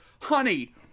honey